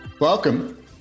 Welcome